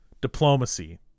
Diplomacy